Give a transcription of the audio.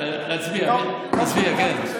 נצביע, כן.